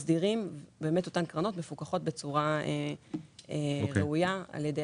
אותן קרנות מפוקחות בצורה ראויה על ידי